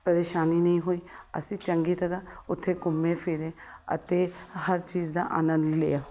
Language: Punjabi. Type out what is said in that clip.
ਪਰੇਸ਼ਾਨੀ ਨਹੀਂ ਹੋਈ ਅਸੀਂ ਚੰਗੀ ਤਰ੍ਹਾਂ ਉੱਥੇ ਘੁੰਮੇ ਫਿਰੇ ਅਤੇ ਹਰ ਚੀਜ਼ ਦਾ ਆਨੰਦ ਲਿਆ